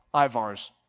Ivar's